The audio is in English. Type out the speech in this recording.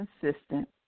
consistent